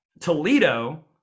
Toledo